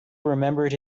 remembered